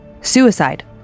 Suicide